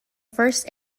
first